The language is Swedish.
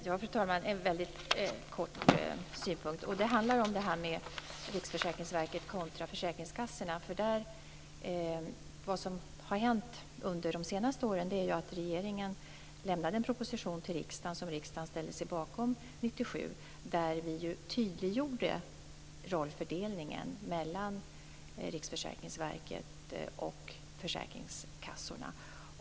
Fru talman! Bara en kortfattad synpunkt angående detta med Riksförsäkringsverket kontra försäkringskassorna: Vad som har hänt under de senaste åren är att regeringen lade fram en proposition till riksdagen som riksdagen ställde sig bakom 1997. Där tydliggjordes rollfördelningen mellan Riksförsäkringsverket och försäkringskassorna.